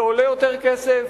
זה עולה יותר כסף,